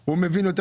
הוא מבין יותר